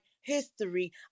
history